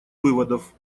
выводов